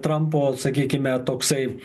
trampo sakykime toksai